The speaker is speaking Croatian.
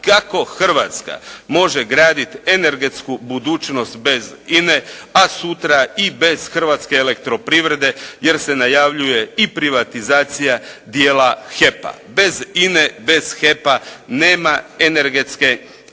Kako Hrvatska može graditi energetsku budućnost bez INA-e, a sutra i bez hrvatske elektroprivrede jer se najavljuje i privatizacija dijela HEP-a. Bez INA-e, bez HEP-a nema energetske samobitnosti,